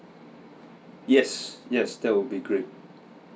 yes yes that would be great